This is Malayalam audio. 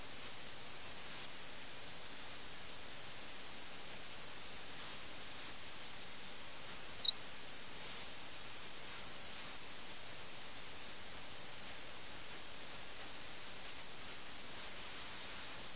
'എന്നാൽ നമ്മുടെ രണ്ട് കളിക്കാരും അതിനെ കുറിച്ച് ആശങ്ക ഉള്ളവർ അല്ല